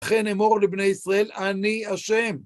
לכן אמור לבני ישראל, אני השם.